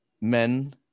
men